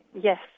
Yes